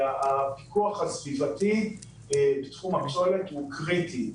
הפיקוח הסביבתי בתחום הפסולת הוא קריטי.